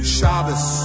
Shabbos